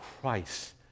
Christ